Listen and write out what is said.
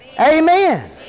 Amen